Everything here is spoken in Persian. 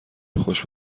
خوش